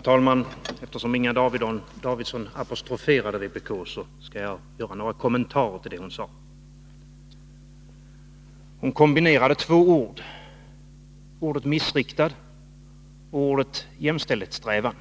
Herr talman! Eftersom Inga Davidsson apostroferade vpk skall jag göra några kommentarer till det hon sade. Hon kombinerade två ord — ordet missriktad och ordet jämställdhetssträvan.